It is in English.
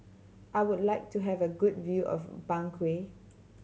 I would like to have a good view of Bangui